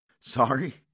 Sorry